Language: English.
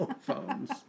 phones